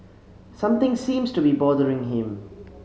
something seems to be bothering him